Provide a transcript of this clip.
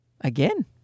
Again